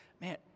Man